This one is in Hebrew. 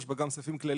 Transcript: יש בה גם סעיפים כלליים,